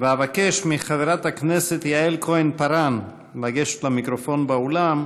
אבקש מחברת הכנסת יעל כהן-פארן לגשת למיקרופון באולם.